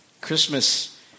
Christmas